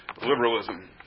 liberalism